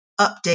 update